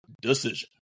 decision